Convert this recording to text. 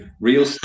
real